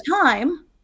time